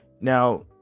Now